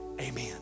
amen